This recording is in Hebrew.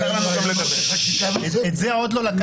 בינתיים רק --- את זה עוד לא לקחתם לנו.